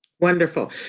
Wonderful